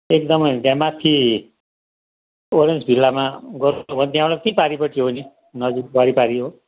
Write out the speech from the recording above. एकदमै त्यहाँ माथि ओरेन्ज भिल्लामा गर्नुभयो भने त्यहाँबाट त्यहीँ पारिपट्टि हो नि नदीको वारिपारि हो